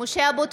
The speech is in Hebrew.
(קוראת בשמות חברי הכנסת) משה אבוטבול,